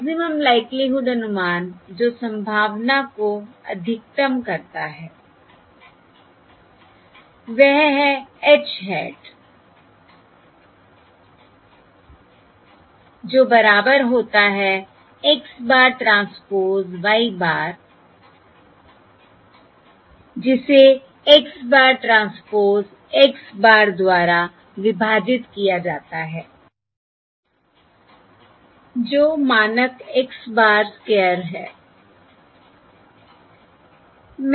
maximum likelihood अनुमान जो संभावना को अधिकतम करता है वह है h hat जो बराबर होता है x bar transpose y bar जिसे x bar transpose x bar द्वारा विभाजित किया जाता है जो मानक x bar स्क्वायर है